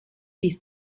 bis